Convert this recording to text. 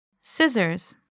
Scissors